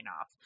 off